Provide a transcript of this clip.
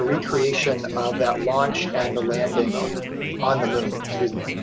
recreation of that launch and the landing on on the moon, excuse me.